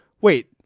wait